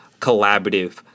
collaborative